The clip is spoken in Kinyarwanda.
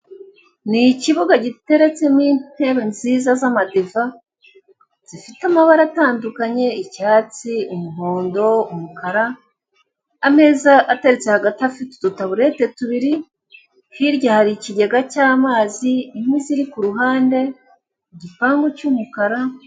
N'ikibuga giteretsemo intebe nziza z'amadiva, zifite amabara atandukanye, icyatsi, umuhondo, umukara. Ameza ateretse hagati afite udutaburete tubiri, hirya hari ikigega cy'amazi, inkwi ziri ku ruhande igipangu cy'umukara.